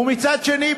ומצד שני,